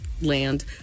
land